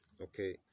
okay